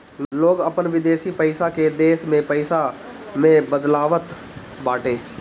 लोग अपन विदेशी पईसा के देश में पईसा में बदलवावत बाटे